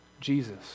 Jesus